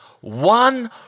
one